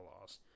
loss